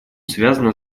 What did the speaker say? связана